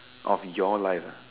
of your life ah